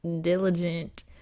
diligent